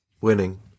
Winning